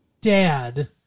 dad